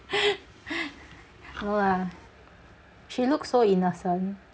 no lah she looks so innocent